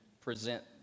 present